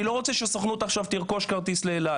אני לא רוצה שהסוכנות תרכוש עכשיו כרטיס לעל אל,